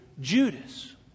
Judas